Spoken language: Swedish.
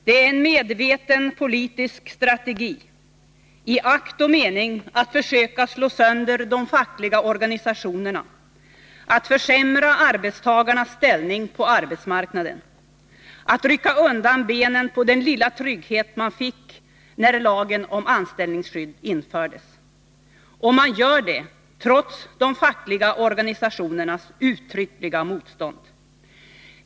Det är en medveten politisk strategi i akt och mening att försöka slå sönder de fackliga organisationerna, att försämra arbetstagarnas ställning på arbetsmarknaden och att rycka undan grunden för den lilla trygghet som man fick när lagen om anställningsskydd infördes. Regeringen gör det trots de fackliga organisationernas uttryckliga motstånd.